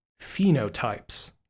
phenotypes